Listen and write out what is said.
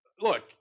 Look